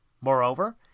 Moreover